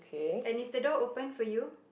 and is the door open for you